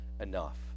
enough